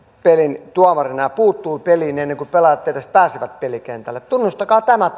pelin tuomarina ja puuttunut peliin ennen kuin pelaajat edes pääsivät pelikentälle tunnustakaa tämä